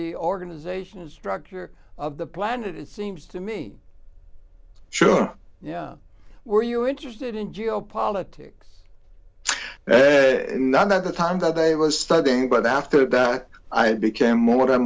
the organizational structure of the planet it seems to me sure yeah were you interested in geopolitics there none at the time that day was studying but after that i became more and